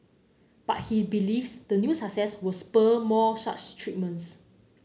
but he believes the new success will spur more such treatments